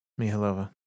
Mihalova